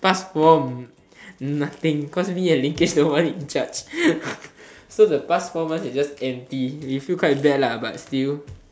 past four m~ nothing cause me and nobody in charge so the past four months it's just empty we feel quite bad lah but still